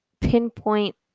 pinpoint